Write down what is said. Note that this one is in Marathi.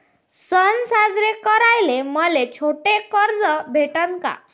सन साजरे कराले मले छोट कर्ज भेटन का?